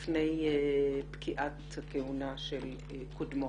לפני פקיעת הכהונה של קודמו.